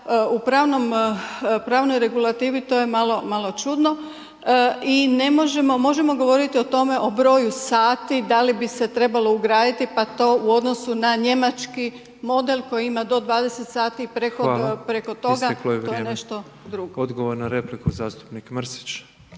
u pravnoj regulativi to je malo, malo čudno. I ne možemo, možemo govoriti o tome, o broju sati, da li bi se trebalo ugraditi pa to u odnosu na njemački model koji ima do 20 sati preko toga to je nešto drugo. **Petrov, Božo (MOST)** Hvala. Isteklo je vrijeme. Odgovor na repliku zastupnik Mrsić.